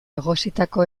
egositako